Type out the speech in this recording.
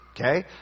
Okay